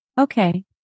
Okay